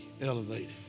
elevated